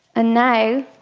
and now